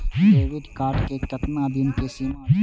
Debit card के केतना दिन के सीमा छै?